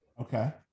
Okay